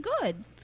good